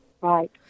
Right